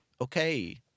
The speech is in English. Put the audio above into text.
Okay